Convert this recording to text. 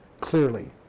clearly